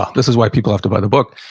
ah this is why people have to buy the book.